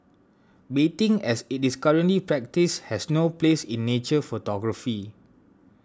baiting as it is currently practised has no place in nature photography